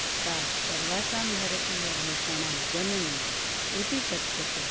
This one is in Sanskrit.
सा सर्वासां भारतीयभाषाणां जननी इति कथ्यते